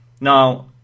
Now